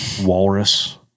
walrus